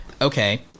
okay